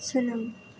सोलों